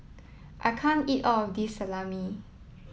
I can't eat all of this Salami